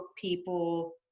people